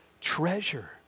Treasure